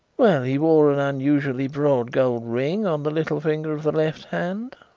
well, he wore an unusually broad gold ring on the little finger of the left hand.